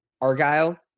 Argyle